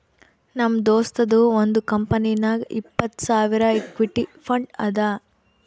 ನಮ್ ದೋಸ್ತದು ಒಂದ್ ಕಂಪನಿನಾಗ್ ಇಪ್ಪತ್ತ್ ಸಾವಿರ್ ಇಕ್ವಿಟಿ ಫಂಡ್ ಅದಾ